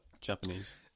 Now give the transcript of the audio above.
Japanese